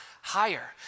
higher